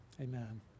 amen